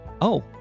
Oh